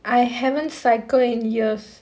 I haven't cycled in years